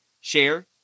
share